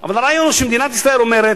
אבל הרעיון הוא שמדינת ישראל אומרת: